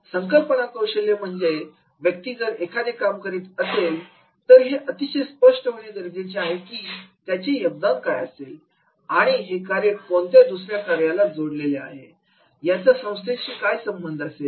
संकल्पना कौशल्य म्हणजे व्यक्ती जर एखादे काम करत असेल तर हे अतिशय स्पष्ट होणे गरजेचे आहे की त्याचे योगदान काय असेल आणि हे कार्य कोणत्या दुसऱ्याबरोबर जोडलेले आहे आणि याचा संस्थेची काय संबंध असेल